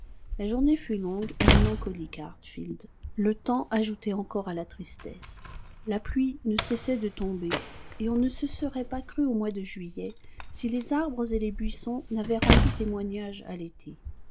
la journée fut longue et mélancolique à hartfield le temps ajoutait encore à la tristesse la pluie ne cessait de tomber et on ne se serait pas cru au mois de juillet si les arbres et les buissons n'avaient rendu témoignage à l'été